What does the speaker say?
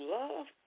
love